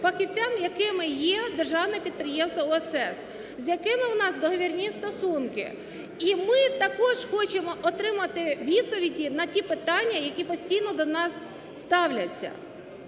фахівцями, якими є державне підприємство "УСС", з якими у нас договірні стосунки. І ми також хочемо отримати відповіді на ті питання, які постійно до нас ставляться.